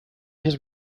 his